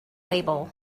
label